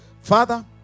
Father